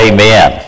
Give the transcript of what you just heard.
Amen